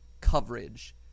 coverage